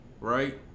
right